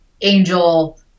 angel